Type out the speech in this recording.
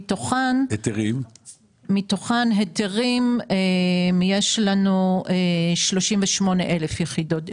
מתוכן היתרים יש לנו 38,000 יחידות,